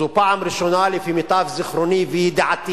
זו פעם ראשונה, לפי מיטב זיכרוני וידיעתי,